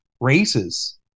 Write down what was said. races